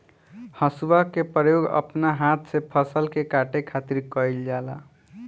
हसुआ के प्रयोग अपना हाथ से फसल के काटे खातिर कईल जाला